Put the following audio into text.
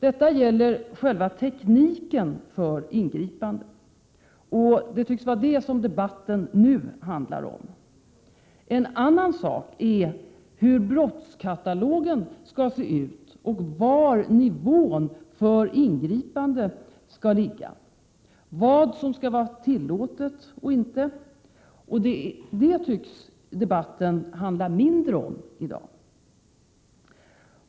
Det gäller själva tekniken för ingripandet, och det tycks vara detta som debatten nu handlar om. En annan sak är hur brottskatalogen skall se ut och var nivån för ingripande skall ligga, vad som skall vara tillåtet eller inte. Detta tycks debatten handla mindre om i dag.